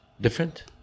different